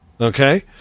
okay